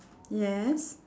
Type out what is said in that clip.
yes